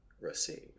receive